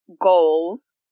goals